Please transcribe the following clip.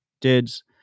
dids